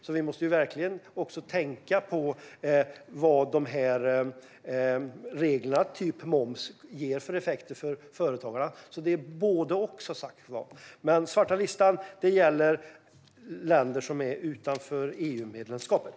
Därför måste vi verkligen tänka på vad reglerna, till exempel när det gäller moms, ger för effekter för företagarna. Det är både och. Men svarta listan gäller länder som är utanför EU-medlemskapet.